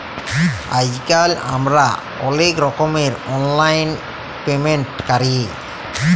আইজকাল আমরা অলেক রকমের অললাইল পেমেল্ট ক্যরি